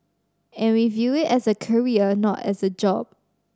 and we view it as a career not as a job